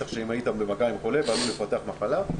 בטח אם היית במגע עם חולה ועלול לפתח מחלה.